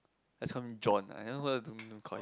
lets call him John don't don't call him